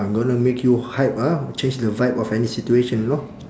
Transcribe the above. I'm gonna make you hype ah change the vibe of any situation you know